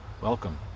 welcome